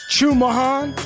Chumahan